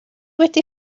wedi